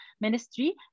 ministry